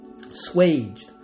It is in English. Swaged